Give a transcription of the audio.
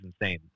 insane